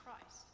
Christ